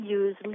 use